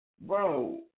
Bro